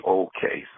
okay